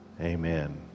Amen